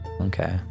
Okay